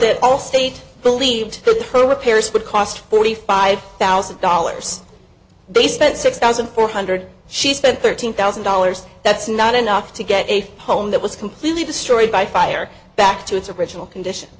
that allstate believed the pro repairs would cost forty five thousand dollars they spent six thousand four hundred she spent thirteen thousand dollars that's not enough to get a home that was completely destroyed by fire back to its original condition